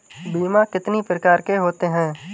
बीमा कितनी प्रकार के होते हैं?